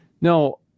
no